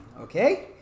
okay